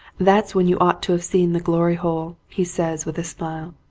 that's when you ought to have seen the glory hole, he says, with a smile.